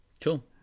cool